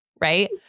Right